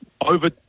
over